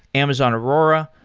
amazon aurora,